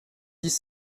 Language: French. dix